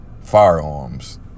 Firearms